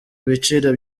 biciro